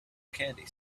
candy